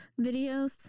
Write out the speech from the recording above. videos